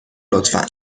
لطفا